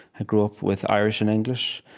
i grew up with irish and english.